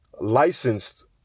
licensed